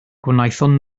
gwnaethon